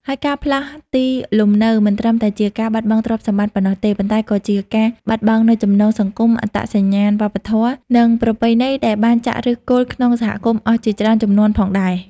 ហើយការផ្លាស់ទីលំនៅមិនត្រឹមតែជាការបាត់បង់ទ្រព្យសម្បត្តិប៉ុណ្ណោះទេ ប៉ុន្តែក៏ជាការបាត់បង់នូវចំណងសង្គម អត្តសញ្ញាណវប្បធម៌ និងប្រពៃណីដែលបានចាក់ឫសគល់ក្នុងសហគមន៍អស់ជាច្រើនជំនាន់ផងដែរ។